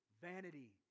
vanity